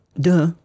duh